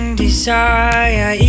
desire